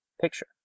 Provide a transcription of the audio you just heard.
picture